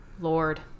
Lord